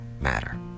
matter